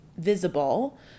Visible